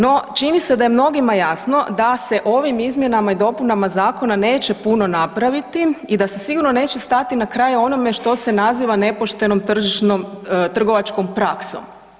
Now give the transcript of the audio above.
No čini se da je mnogima jasno da se ovim izmjenama i dopunama zakona neće puno napraviti i da se sigurno neće stati na kraj onome što se naziva nepoštenom tržišnom, trgovačkom praksom.